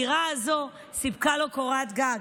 הדירה הזאת סיפקה לו קורת גג,